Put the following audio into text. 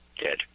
dead